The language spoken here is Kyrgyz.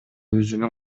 өзүнүн